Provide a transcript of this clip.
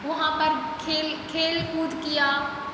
वहाँ पर खेल खेल कूद किया